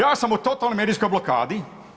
Ja sam u totalna medijskoj blokadi.